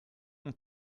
mon